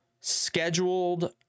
scheduled